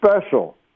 special